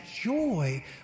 joy